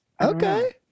Okay